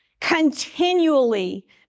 continually